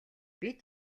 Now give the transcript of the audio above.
бид